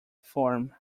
form